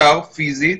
שר פיזית,